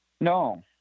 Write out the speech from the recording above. No